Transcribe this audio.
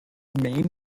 main